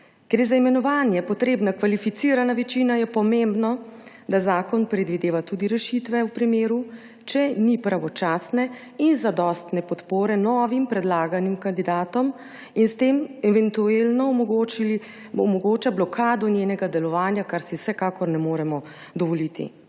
je za imenovanje potrebna kvalificirana večina, je pomembno, da zakon predvideva tudi rešitve v primeru, če ni pravočasne in zadostne podpore novim predlaganim kandidatom in s tem eventualno omogoča blokado njenega delovanja, česar si vsekakor ne moremo dovoliti.